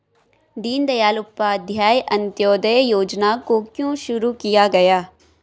दीनदयाल उपाध्याय अंत्योदय योजना को क्यों शुरू किया गया?